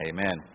Amen